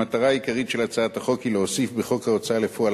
המטרה העיקרית של הצעת החוק היא להוסיף בחוק ההוצאה לפועל